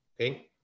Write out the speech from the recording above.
okay